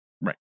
Right